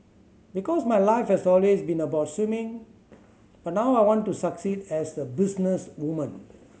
because my life has always been about swimming but now I want to succeed as a businesswoman